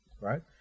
Right